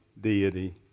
deity